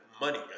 money